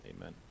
Amen